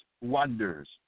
wonders